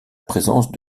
présence